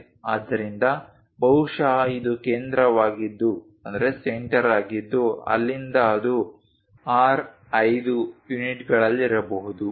ಆದ್ದರಿಂದ ಬಹುಶಃ ಇದು ಕೇಂದ್ರವಾಗಿದ್ದು ಅಲ್ಲಿಂದ ಅದು R5 ಯೂನಿಟ್ಗಳಲ್ಲಿರಬಹುದು